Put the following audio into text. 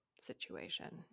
situation